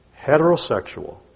heterosexual